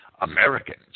Americans